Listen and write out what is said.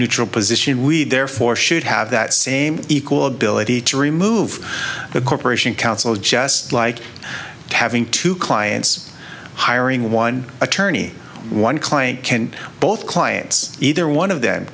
neutral position we'd therefore should have that same equal ability to remove the corporation counsel just like having two clients hiring one attorney one client can both clients either one of them